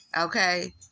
okay